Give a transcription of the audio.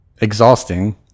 exhausting